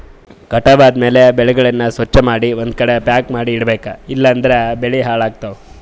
ಕಟಾವ್ ಆದ್ಮ್ಯಾಲ ಬೆಳೆಗಳನ್ನ ಸ್ವಚ್ಛಮಾಡಿ ಒಂದ್ಕಡಿ ಪ್ಯಾಕ್ ಮಾಡಿ ಇಡಬೇಕ್ ಇಲಂದ್ರ ಬೆಳಿ ಹಾಳಾಗ್ತವಾ